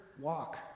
walk